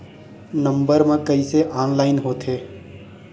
Number मा कइसे online होथे?